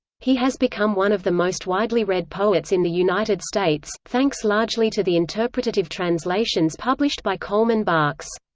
he has become one of the most widely read poets in the united states, thanks largely to the interpretative translations published by coleman barks.